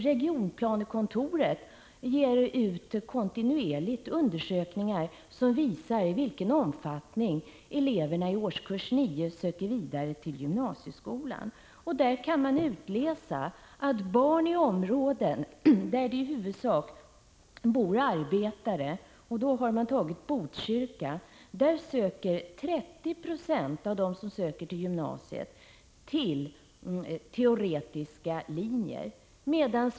Regionplanekontoret ger kontinuerligt ut undersökningar som visar i vilken omfattning eleverna i årskurs 9 söker vidare till gymnasieskolan. Där kan man utläsa beträffande områden där det i huvudsak bor arbetare, t.ex. Botkyrka, att 30 26 av de barn som söker till gymnasiet söker till teoretiska linjer.